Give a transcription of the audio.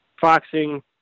foxing